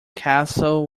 castle